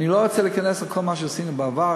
אני לא רוצה להיכנס לכל מה שעשינו בעבר,